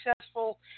successful